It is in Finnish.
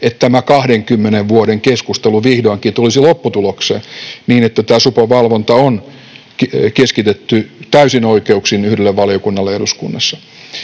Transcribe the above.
että tämä 20 vuoden keskustelu vihdoinkin tulisi lopputulokseen, niin että tämä supon valvonta on keskitetty täysin oikeuksin yhdelle valiokunnalle eduskunnassa.